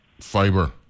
fiber